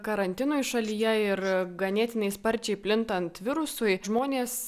karantinui šalyje ir ganėtinai sparčiai plintant virusui žmonės